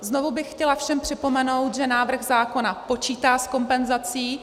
Znovu bych chtěla všem připomenout, že návrh zákona počítá s kompenzací.